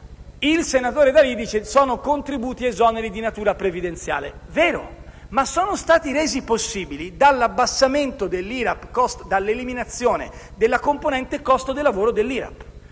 Il senatore D'Alì diceva che sono contributi, esoneri di natura previdenziale. Vero, ma sono stati resi possibili dall'eliminazione della componente «costo lavoro dell'IRAP».